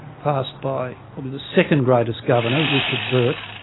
passed by probably the second greatest governor, richard bourke,